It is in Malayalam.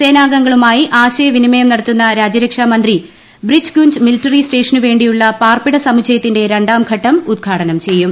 സേനാംഗങ്ങളുമായി ആശയവിനിമയം നടത്തുന്ന രാജ്യരക്ഷാമന്ത്രി ബ്രിച്ച് ഗുഞ്ജ് മിലിറ്ററി സ്റ്റേഷനു വേണ്ടിയുള്ള പാർപ്പിട സമുച്ചയത്തിന്റെ രണ്ടാംഘട്ടം ഉദ്ഘാടനം ചെയ്യും